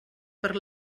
per